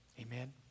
Amen